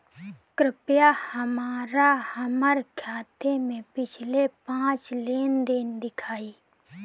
कृपया हमरा हमार खाते से पिछले पांच लेन देन दिखाइ